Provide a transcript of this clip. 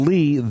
Lee